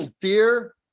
fear